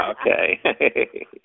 Okay